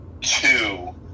two